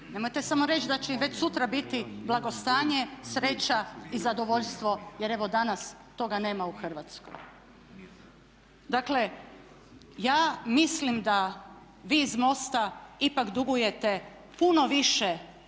Nemojte samo reći da će im već sutra biti blagostanje, sreća i zadovoljstvo jer evo danas toga nema u Hrvatskoj. Dakle, ja mislim da vi iz MOST-a ipak dugujete puno više